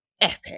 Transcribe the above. epic